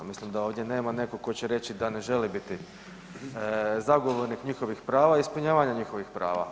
Mislim da ovdje nema neko ko će reći da ne želi biti zagovornik njihovih prava i ispunjavanja njihovih prava.